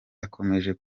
akomeje